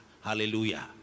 hallelujah